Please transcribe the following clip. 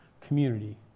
community